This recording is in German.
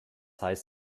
heißt